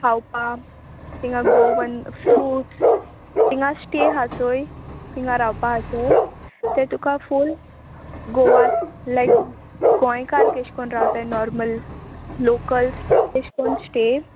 खावपा तिंगा Goan fruits तिंगा स्टे हा चोय तिंगा रावपा हा चोय ते तुका फूल गोवा लायक गोंयकार केश कोन रावताय नॉर्मल लोकल्स तेश कोन स्टे